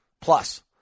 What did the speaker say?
plus